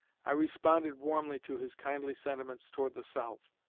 i responded warmly to his kindly sentiments toward the south,